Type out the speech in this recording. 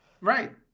right